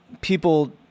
people